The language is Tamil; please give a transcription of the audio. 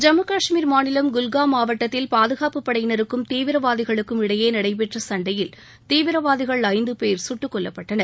ஜம்மு காஷ்மீர் மாநிலம் குல்காம் மாவட்டத்தில் பாதுகாப்பு படையினருக்கும் தீவிரவாதிகளுக்கும் இடையே நடைபெற்ற சண்டையில் தீவிரவாதிகள் ஐந்து பேர் சுட்டுக்கொல்லப்பட்டனர்